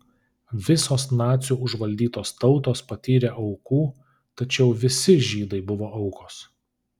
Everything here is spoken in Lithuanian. visos nacių užvaldytos tautos patyrė aukų tačiau visi žydai buvo aukos